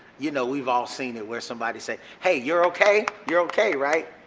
you know we've all seen it where somebody said hey you're okay, you're okay right.